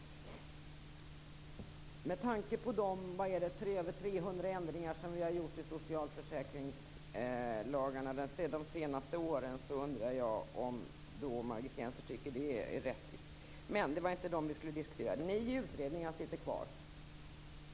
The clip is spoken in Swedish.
Jag undrar om Margit Gennser anser att de 300 ändringarna i socialförsäkringslagarna de senaste åren är rättvisa? Men det var inte de ändringarna vi skulle diskutera. Nio utredningar arbetar fortfarande.